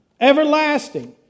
everlasting